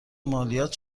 مالیات